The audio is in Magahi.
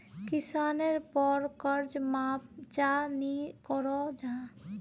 किसानेर पोर कर्ज माप चाँ नी करो जाहा?